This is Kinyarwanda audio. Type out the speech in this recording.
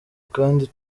kandi